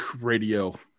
radio